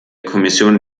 kommission